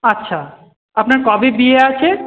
আচ্ছা আপনার কবে বিয়ে আছে